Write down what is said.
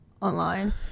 online